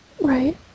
Right